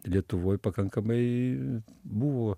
lietuvoj pakankamai buvo